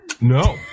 No